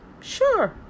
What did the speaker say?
Sure